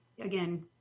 again